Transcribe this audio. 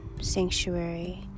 sanctuary